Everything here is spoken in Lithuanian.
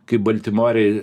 kaip baltimorėj